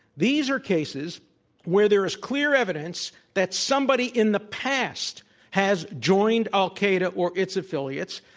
these are cases where there is clear evidence that somebody in the past has joined al-qaeda or its affiliates,